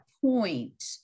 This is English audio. point